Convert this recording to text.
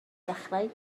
dechrau